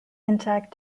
intact